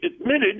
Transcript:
admitted